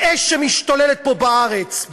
האש שמשתוללת פה בארץ,